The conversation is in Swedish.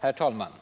Herr talman!